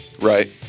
right